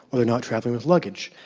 not traveling with luggage.